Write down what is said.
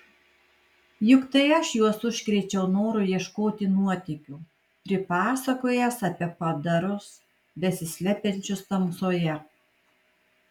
juk tai aš juos užkrėčiau noru ieškoti nuotykių pripasakojęs apie padarus besislepiančius tamsoje